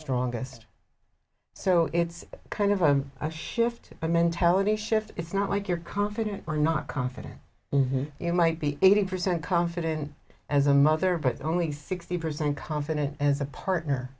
strongest so it's kind of a shift a mentality shift it's not like you're confident or not confident you might be eighty percent confident as a mother but only sixty percent confident as a partner